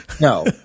no